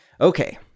Okay